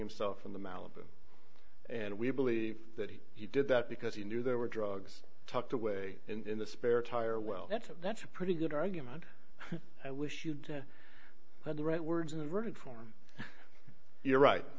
himself from the malibu and we believe that he he did that because he knew there were drugs tucked away in the spare tire well that's a that's a pretty good argument i wish you'd had the right words in the verdict form you're right